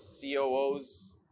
COOs